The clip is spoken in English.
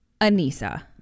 Anissa